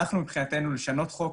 מבחינתנו, לשנות חוק,